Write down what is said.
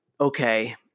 okay